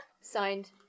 Signed